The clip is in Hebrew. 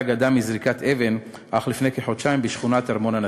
אדם מזריקת אבן אך לפני כחודשיים בשכונת ארמון-הנציב.